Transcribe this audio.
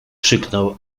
krzyknął